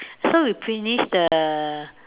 so we finish the